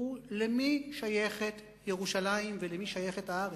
הוויכוח הוא למי שייכת ירושלים ולמי שייכת הארץ.